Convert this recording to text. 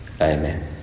Amen